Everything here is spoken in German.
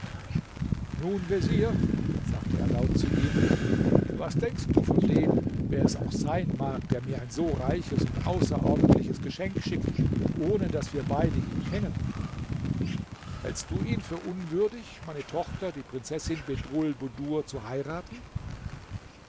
nun vezier sagte er laut zu ihm was denkst du von dem wer es auch sein mag der mir ein so reiches und außerordentliches geschenk schickt ohne daß wir beide ihn kennen hältst du ihn für unwürdig meine tochter die prinzessin bedrulbudur zu heiraten